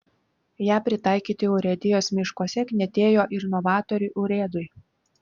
ją pritaikyti urėdijos miškuose knietėjo ir novatoriui urėdui